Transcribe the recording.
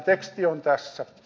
teksti on tässä